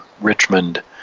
Richmond